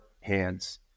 hands